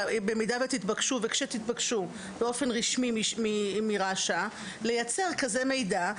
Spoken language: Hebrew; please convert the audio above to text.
במידה שתתבקשו וכשתתבקשו באופן רשמי מרש"א לייצר כזה מידע,